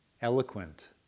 eloquent